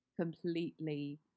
completely